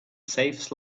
saves